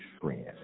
friend